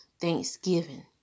Thanksgiving